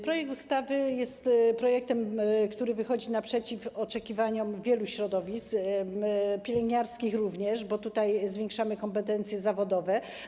Projekt ustawy jest projektem, który wychodzi naprzeciw oczekiwaniom wielu środowisk, pielęgniarskich również, bo w tym przypadku zwiększamy kompetencje zawodowe.